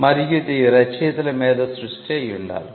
మరియు ఇది రచయితల మేధో సృష్టి అయి ఉండాలి